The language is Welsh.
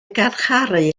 garcharu